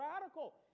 radical